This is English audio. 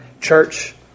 church